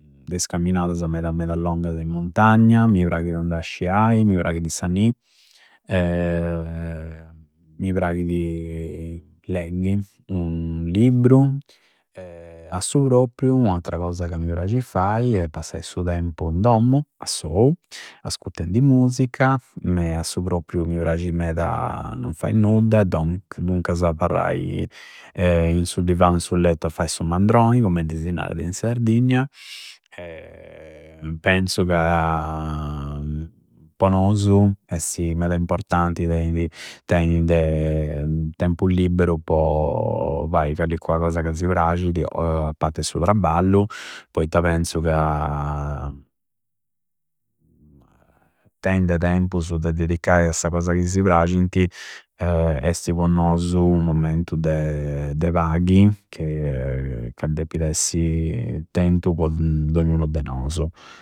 De is camminadasa meda meda longasa in montagna. Mi praghidi andai a sciai, mi praghidi sa ni, mi praghidi legghi u libru a su propriu, u attra cosa ca mi prasci fai è passai su tempu in dommu assou, ascuttendi musica me a su propriu mi prasci meda non fai nudda, duncasa aparrai in su divau o in su lettu a fai su mandroi cummenti si narada in Sardigna. Penzu ca po nosu essi meda importanti teidi, tei de tempu liberu po fai callincua cosa ca si prascidi a patti su trabballu, poitta penzu ca tei de tempusu de dedicai a sa cosa ca si prascinti esti po nosu u momentu de, de paghi ca deppi d'essi tentu po dognunu de nosu.